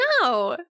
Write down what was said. No